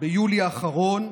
ביולי האחרון,